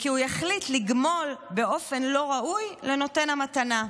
וכי הוא יחליט לגמול באופן לא ראוי לנותן המתנה,